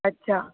अच्छा